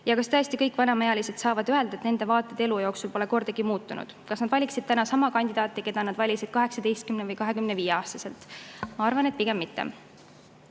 Ja kas tõesti kõik vanemaealised saavad öelda, et nende vaated pole elu jooksul kordagi muutunud? Kas nad valiksid täna sama kandidaati, keda nad valisid 18–25-aastaselt? Ma arvan, et pigem mitte.